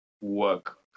work